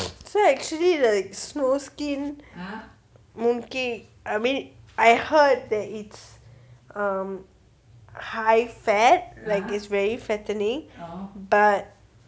so actually like snow skin mooncake I mean I heard that it's um high fat like it's very fattening but